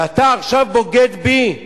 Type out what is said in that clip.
ואתה עכשיו בוגד בי?